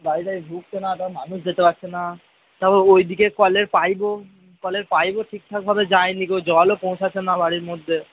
গাড়িটাড়ি ঢুকছে না মানুষ যেতে পারছে না তা ওইদিকে কলের পাইপও কলের পাইপও ঠিকঠাকভাবে যায়নি জলও পৌঁছাচ্ছে না বাড়ির মধ্যে